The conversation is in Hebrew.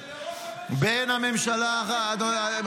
בין הממשלה --" כשלראש הממשלה אין כתבי אישום.